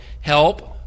help